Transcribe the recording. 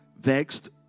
Vexed